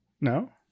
No